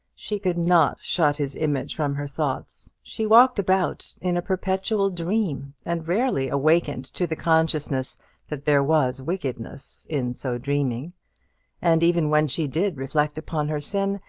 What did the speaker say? she could not shut his image from her thoughts she walked about in a perpetual dream, and rarely awakened to the consciousness that there was wickedness in so dreaming and even when she did reflect upon her sin,